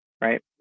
Right